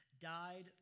died